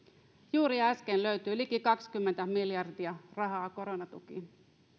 juuri äsken löytyi liki kaksikymmentä miljardia rahaa koronatukiin